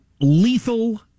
lethal